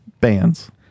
bands